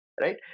Right